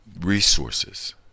resources